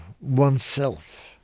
oneself